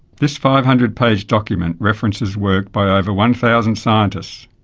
this five hundred page document references work by over one thousand scientists.